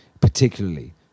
particularly